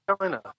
China